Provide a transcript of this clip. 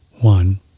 one